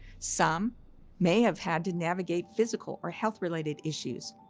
some may have had to navigate physical or health-related issues.